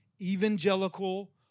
evangelical